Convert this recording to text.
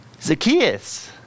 Zacchaeus